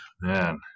man